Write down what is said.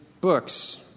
books